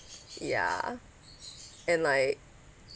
ya and like